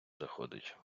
заходить